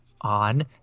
on